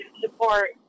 support